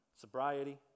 Sobriety